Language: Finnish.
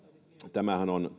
tämähän on